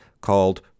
called